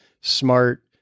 smart